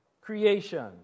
creation